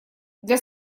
для